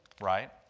right